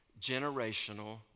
generational